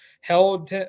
held